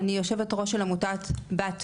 אני יו"ר של עמותת "בת מלך".